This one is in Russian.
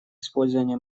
использования